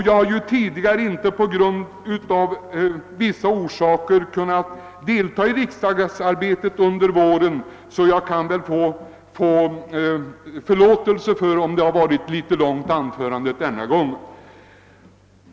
Jag har dessutom av vissa orsaker inte under vårsessionen kunnat delta i hela riksdagsarbetet. Det må därför vara mig förlåtet om jag denna gång låtit mitt anförande bli ganska långt.